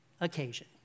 occasion